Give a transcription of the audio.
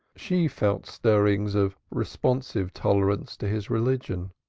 she felt stirrings of responsive tolerance to his religion.